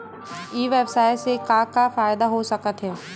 ई व्यवसाय से का का फ़ायदा हो सकत हे?